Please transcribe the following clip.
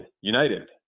united